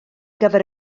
gyfer